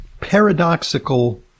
paradoxical